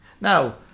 now